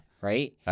Right